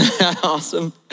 Awesome